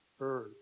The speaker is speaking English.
earth